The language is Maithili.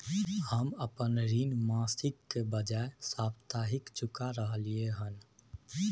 हम अपन ऋण मासिक के बजाय साप्ताहिक चुका रहलियै हन